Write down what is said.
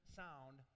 sound